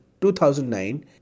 2009